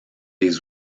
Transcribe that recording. des